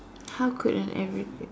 how could an average